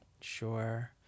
Sure